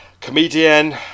comedian